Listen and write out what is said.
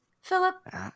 Philip